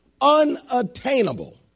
unattainable